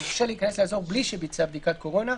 יורשה להיכנס לאזור בלי שביצע בדיקת קורונה,